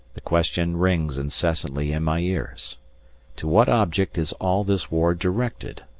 the question rings incessantly in my ears to what object is all this war directed,